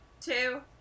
two